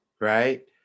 right